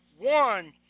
one